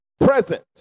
present